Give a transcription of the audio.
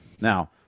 Now